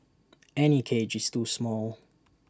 any cage is too small